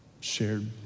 shared